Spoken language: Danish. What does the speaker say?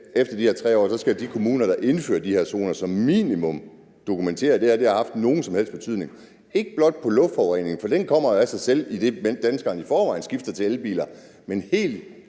efter de her 3 år skal de kommuner, der indfører de her zoner, som minimum dokumentere, at det her har haft nogen som helst betydning, ikke blot for luftforureningen, for det kommer af sig selv, idet danskerne i forvejen skifter til elbiler, men helt,